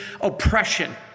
oppression